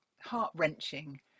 heart-wrenching